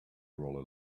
roll